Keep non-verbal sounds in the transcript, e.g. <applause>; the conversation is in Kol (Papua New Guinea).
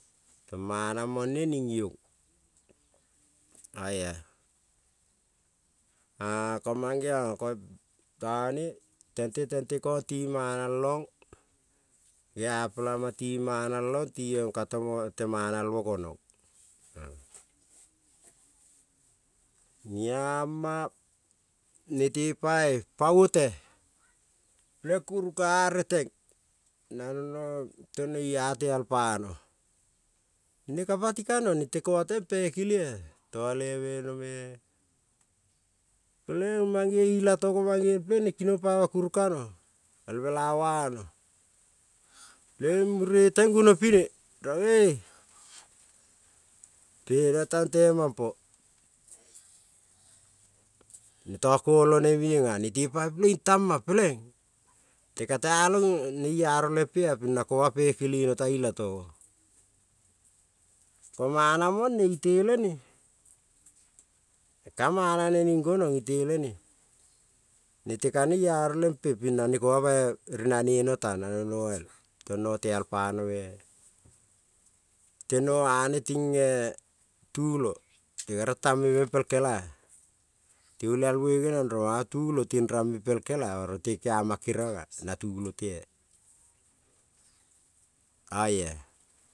Tong mana mone ning iong, <hesitation> oia <hesitation> ko mangeong ko tone tente tente kong ti manalong geavpelama ti manalong tiong ka temo tel manalmo gonong, i-ama nete pai pavote, peleng kurung ka-a reteng, na no tonoi-ate te al pano, ne ka pati ka-no nete koma te pe kele-a toaleve no-me, peleng mange ilatogo mangeong pelengne kinong paima kurung ka-no el mela vano, pele-ing mure teng guno pi-ne rong pena tang temampo, ne tako olone mieng-a nete pai peleng tam-ma peleng, te katealang neiaro lempe ping na kova pekeleno tang ilatogo, ko mana mone itele, ne ka mana ne ning gonong itele ne nete ka nearo lempe ping na ne koma pai rinane mo tang na no noial, to noteal pano-e, te noane ting-e tulo mute bai rang tame meng pel kela-a, ti olialmo geniong rong manga tulo ting ram-me pel kela oro te keama keriong-a na tulo te-a oia.